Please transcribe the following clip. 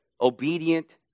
obedient